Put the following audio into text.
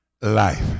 life